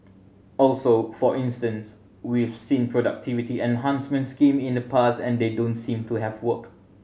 also for instance we've seen productivity enhancement scheme in the past and they don't seem to have worked